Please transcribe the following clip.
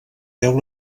deu